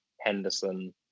Henderson